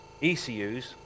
ECUs